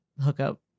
hookup